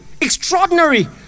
extraordinary